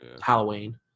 Halloween